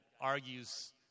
argues